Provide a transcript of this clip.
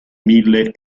mille